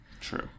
True